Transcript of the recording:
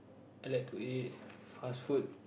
I like to eat fast food